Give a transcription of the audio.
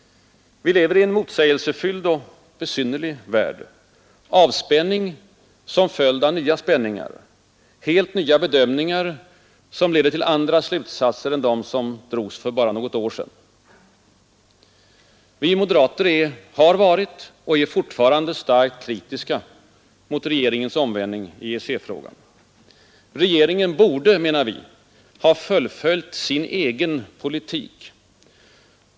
Vi lever i en motsägelsefylld och besynnerlig värld. Avspänning som en följd av nya spänningar. Helt nya bedömningar som leder till andra slutsatser än för bara något år sedan. Vi moderater har varit och är fortfarande starkt kritiska mot regeringens omvändning i EEC-frågan. Regeringen borde, menar vi, ha fullföljt sin egen politik.